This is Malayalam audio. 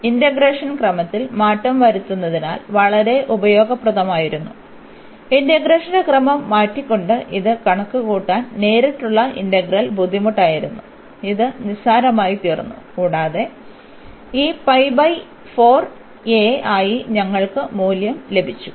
അതിനാൽ ഇന്റഗ്രേഷൻ ക്രമത്തിൽ മാറ്റം വരുത്താതിരുന്നാൽ വളരെ ഉപയോഗപ്രദമായിരുന്നു ഇന്റഗ്രേഷന്റെ ക്രമം മാറ്റിക്കൊണ്ട് ഇത് കണക്കുകൂട്ടാൻ നേരിട്ടുള്ള ഇന്റഗ്രൽ ബുദ്ധിമുട്ടായിരുന്നു ഇത് നിസ്സാരമായിത്തീർന്നു കൂടാതെ ഈ ആയി ഞങ്ങൾക്ക് മൂല്യം ലഭിച്ചു